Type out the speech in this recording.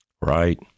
Right